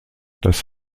das